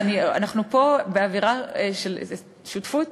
אנחנו פה באווירה של שותפות,